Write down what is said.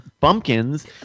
bumpkins